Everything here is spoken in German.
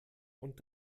und